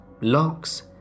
locks